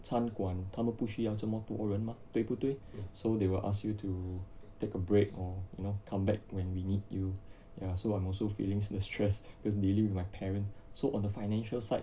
餐馆他们不需要怎么多人嘛对不对 so they will ask you to take a break or you know come back when we need you ya so I'm also feeling the stress because dealing with my parents so on the financial side